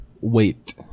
wait